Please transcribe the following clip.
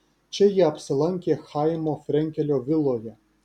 čia jie apsilankė chaimo frenkelio viloje